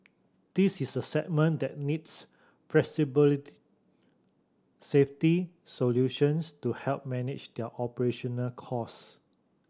this is a segment that needs flexible safety solutions to help manage their operational costs